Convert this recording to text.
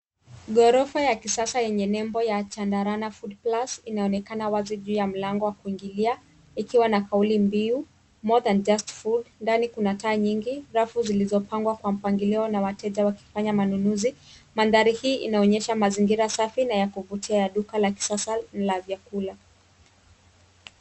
Ghorofa ya kisasa yenye nembo ya Chandarana FoodPlus inaonekana wazi juu ya mlango wa kuingilia. Ikiwa na kaulimbiu More than just food , ndani kuna taa nyingi, rafu zilizopangwa kwa mpangilio, na wateja wakifanya manunuzi. Mandhari hii inaonyesha mazingira safi na ya kuvutia ya duka la kisasa la vyakula.